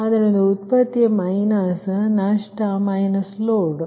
ಆದ್ದರಿಂದ ಉತ್ಪತಿಯ ಮೈನಸ್ ನಷ್ಟ ಮೈನಸ್ ಲೋಡ್